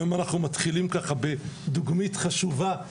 היום אנחנו מתחילים ככה בדוגמית חשובה,